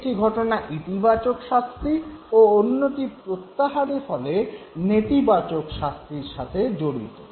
একটি ঘটনা ইতিবাচক শাস্তি ও অন্যটি প্রত্যাহারের ফলে নেতিবাচক শাস্তির সাথে জড়িত